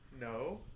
No